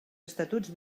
estatuts